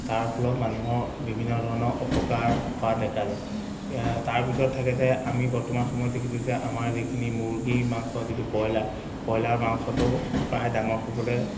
তাৰ ফলত মানুহৰ বিভিন্ন ধৰণৰ অপকাৰ হোৱা দেখা যায় তাৰ ভিতৰত থাকে যে আমি বৰ্তমান সময়ত দেখিছোঁ যে আমাৰ যিখিনি মুৰ্গীৰ মাংস যিটো ব্ৰইলাৰ ব্ৰইলাৰ মাংসটো প্ৰায় ডাঙৰ হ'বলে